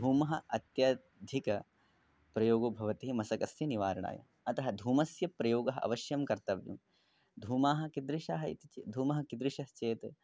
धूमस्य अत्यधिकः प्रयोगः भवति मशकस्य निवारणाय अतः धूमस्य प्रयोगः अवश्यः कर्तुव्यः धूमः कीदृशः इति चेत् धूमः कीदृशश्चेत्